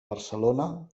barcelona